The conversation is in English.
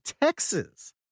Texas